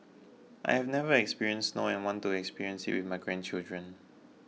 I have never experienced snow and want to experience it with my grandchildren